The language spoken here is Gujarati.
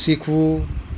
શીખવું